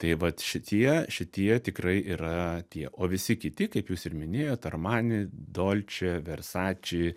tai vat šitie šitie tikrai yra tie o visi kiti kaip jūs ir minėjot armani dolče versači